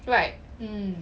right